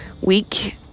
Week